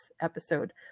episode